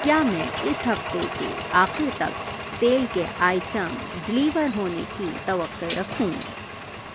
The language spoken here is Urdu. کیا میں اس ہفتے کے آخر تک تیل کے آئٹم ڈیلیور ہونے کی توقع رکھوں